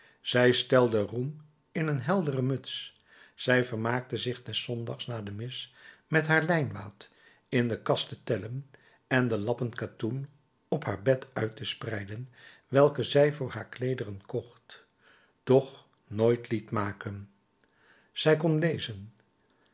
zij stelde roem in een heldere muts zij vermaakte zich des zondags na de mis met haar lijnwaad in de kast te tellen en de lappen katoen op haar bed uit te spreiden welke zij voor haar kleederen kocht doch nooit liet maken zij kon lezen